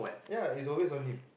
ya is always on him